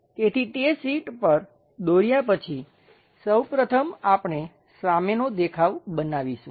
તેથી તે શીટ પર દોર્યા પછી સૌ પ્રથમ આપણે સામેનો દેખાવ બનાવીશું